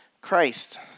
Christ